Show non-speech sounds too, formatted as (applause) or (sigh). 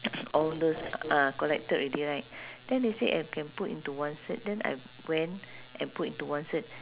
(coughs) all those ah collected already right then they said I can put into one cert then I went and put into one cert